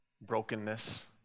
brokenness